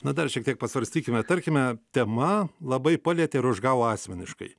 na dar šiek tiek pasvarstykime tarkime tema labai palietė ir užgavo asmeniškai